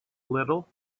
little